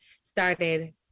started